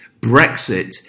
Brexit